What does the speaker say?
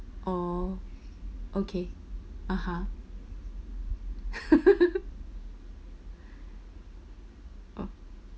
orh okay (uh huh) oh